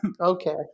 Okay